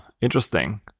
interesting